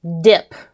dip